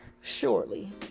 surely